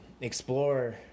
explore